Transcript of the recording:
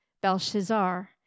Belshazzar